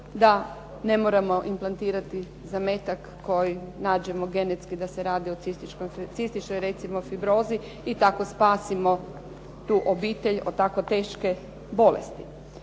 da ne moramo implantirati zametak koji nađemo genetski da se radi o cističnoj recimo fibrozi i tako spasimo tu obitelj od tako teške bolesti.